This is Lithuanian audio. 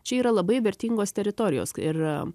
čia yra labai vertingos teritorijos ir